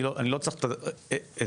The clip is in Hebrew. אני לא צריך אתכם,